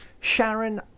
Sharon